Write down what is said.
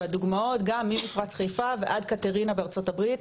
והדוגמאות גם ממפרץ חיפה ועד קתרינה בארצות הברית,